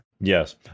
Yes